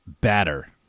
batter